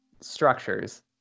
structures